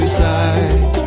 side